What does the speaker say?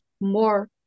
more